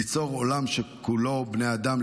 ליצור עולם שבו בני אדם,